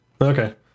Okay